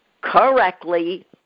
correctly